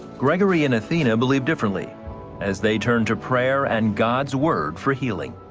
gregory and athena believe differently as they turn to prayer and gods word for healing.